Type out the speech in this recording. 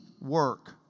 work